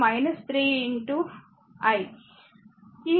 v0 3 i